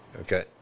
Okay